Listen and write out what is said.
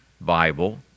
Bible